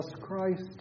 Christ